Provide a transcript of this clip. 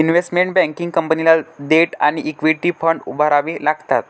investment banking कंपनीला debt आणि equity fund उभारावे लागतात